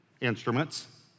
instruments